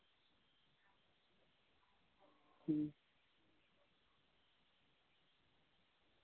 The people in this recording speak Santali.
ᱦᱩᱸ